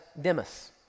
Demas